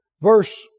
Verse